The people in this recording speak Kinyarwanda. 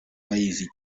bayizi